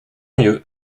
mieux